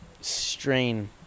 strain